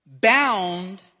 Bound